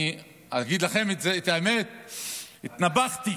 אני אגיד לכם את האמת, התנפחתי,